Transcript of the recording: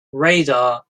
radar